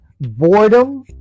Boredom